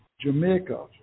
Jamaica